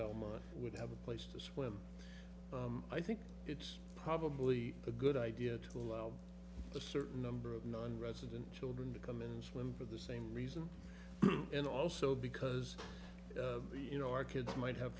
know would have a place to swim i think it's probably a good idea to allow a certain number of nonresident children to come in and swim for the same reason and also because you know our kids might have